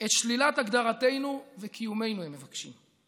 את שלילת הגדרתנו וקיומנו אם מבקשים,